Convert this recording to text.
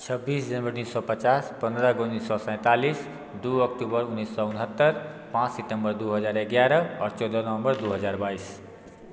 छब्बीस जनवरी सौ पचास पंद्रह उन्नीस सौ सैंतालिस दो अक्टूबर उन्नीस सौ उनहत्तर पाँच सितम्बर दो हज़ार ग्यारह और चौदह नवम्बर दो हज़ार बाईस